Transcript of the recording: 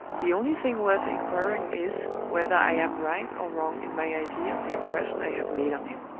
the only thing worth inquiring is, whether i am right or wrong in my idea of the impression i have made on him.